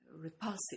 repulsive